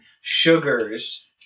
sugars